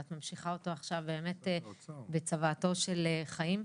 ואת ממשיכה אותו עכשיו באמת בצוואתו של חיים.